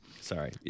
sorry